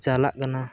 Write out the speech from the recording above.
ᱪᱟᱞᱟᱜ ᱠᱟᱱᱟ